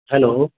hello